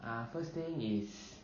ah first thing is